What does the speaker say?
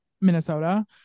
Minnesota